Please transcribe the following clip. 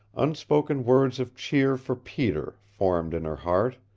unspoken words of cheer for peter formed in her heart,